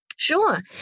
Sure